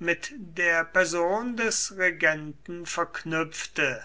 mit der person des regenten verknüpfte